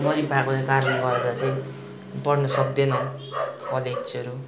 गरिब भएको कारणले गर्दा चाहिँ पढ्नु सक्दैन कलेजहरू